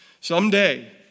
Someday